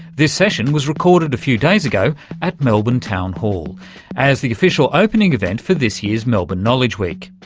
this session was recorded a few days ago at melbourne town hall as the official opening event for this year's melbourne knowledge week.